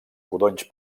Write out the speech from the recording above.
codonys